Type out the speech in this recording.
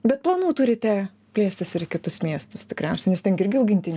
bet planų turite plėstis ir į kitus miestus tikriausiai nes ten gi irgi augintiniai